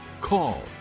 call